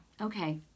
Okay